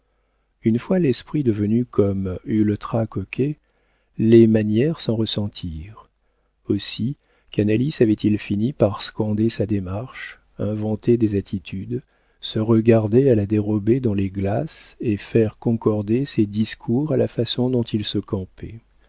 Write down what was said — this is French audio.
une fois l'esprit devenu comme ultra coquet les manières s'en ressentirent aussi canalis avait-il fini par scander sa démarche inventer des attitudes se regarder à la dérobée dans les glaces et faire concorder ses discours à la façon dont il se campait